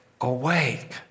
awake